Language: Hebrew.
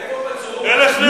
זה שני דברים שונים לגמרי.